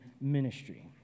ministry